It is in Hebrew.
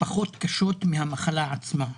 פחות קשות מהמחלה עצמה.